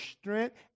strength